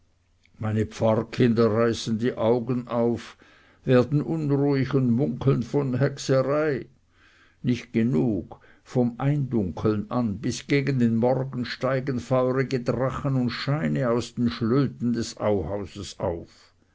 meine pfarrkinder reißen die augen auf werden unruhig und munkeln von hexerei nicht genug vom eindunkeln an bis gegen morgen steigen feurige drachen und scheine aus den schlöten des auhauses auf